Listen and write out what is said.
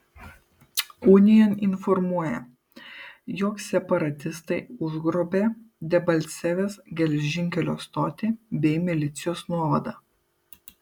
unian informuoja jog separatistai užgrobė debalcevės geležinkelio stotį bei milicijos nuovadą